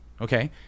Okay